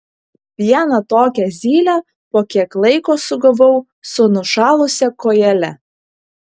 vieną tokią zylę po kiek laiko sugavau su nušalusia kojele